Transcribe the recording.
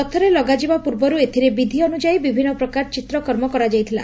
ରଥରେ ଲଗାଯିବା ପ୍ରର୍ବରୁ ଏଥିରେ ବିଧି ଅନୁଯାୟୀ ବିଭିନ୍ ପ୍ରକାର ଚିତ୍ରକର୍ମ କରାଯାଇଥିଲା